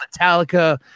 Metallica